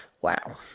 Wow